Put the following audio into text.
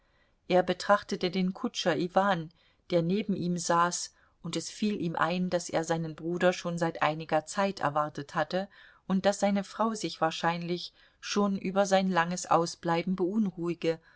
er betrachtete den kutscher iwan der neben ihm saß und es fiel ihm ein daß er seinen bruder schon seit einiger zeit erwartet hatte und daß seine frau sich wahrscheinlich schon über sein langes ausbleiben beunruhige